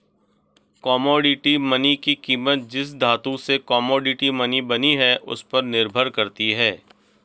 commodity money की कीमत जिस धातु से कोमोडिटी मनी बनी है उस पर निर्भर करती है